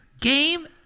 game